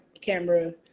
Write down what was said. camera